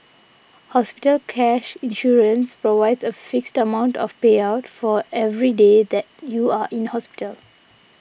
hospital cash insurance provides a fixed amount of payout for every day that you are in hospital